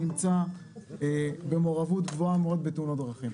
נמצא במעורבות גבוהה מאוד בתאונות דרכים.